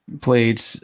played